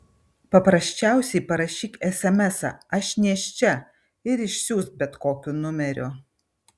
paprasčiausiai parašyk esemesą aš nėščia ir išsiųsk bet kokiu numeriu